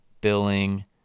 Billing